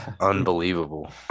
unbelievable